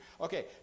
Okay